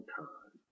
time